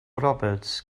roberts